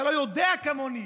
אתה לא יודע כמוני,